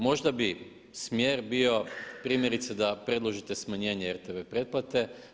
Možda bi smjer bio primjerice da predložite smanjenje RTV pretplate.